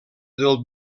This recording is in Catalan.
del